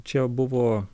čia buvo